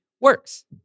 works